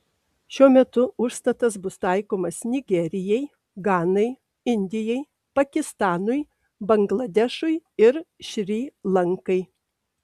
šiuo metu užstatas bus taikomas nigerijai ganai indijai pakistanui bangladešui ir šri lankai